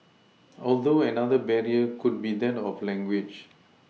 although another barrier could be that of language